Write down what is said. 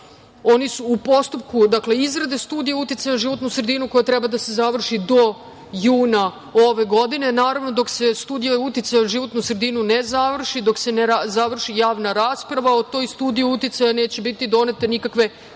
Oni su u postupku, znači izrade studija uticaja na životnu sredinu koja treba da se završi do juna ove godine. Naravno dok se studija uticaja na životnu sredinu ne završi, dok se ne završi javna rasprava o toj studiji uticaja neće biti donete nikakve